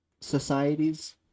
societies